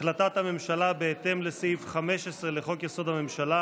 החלטת הממשלה בהתאם לסעיף 15 לחוק-יסוד: הממשלה